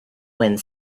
wind